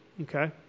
okay